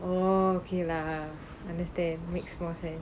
okay lah understand makes more sense